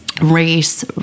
race